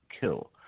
kill